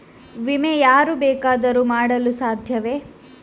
ವಿಮೆ ಯಾರು ಬೇಕಾದರೂ ಮಾಡಲು ಸಾಧ್ಯವೇ?